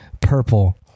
purple